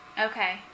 Okay